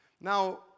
now